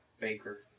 Baker